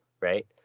right